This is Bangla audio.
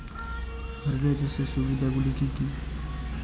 রিলে চাষের সুবিধা গুলি কি কি?